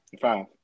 Five